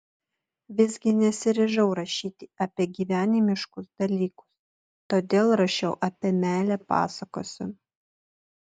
visgi nesiryžau rašyti apie gyvenimiškus dalykus todėl rašiau apie meilę pasakose